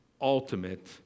ultimate